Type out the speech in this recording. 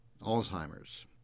Alzheimer's